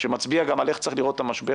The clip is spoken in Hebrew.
שמצביע על איך צריך לראות את המשבר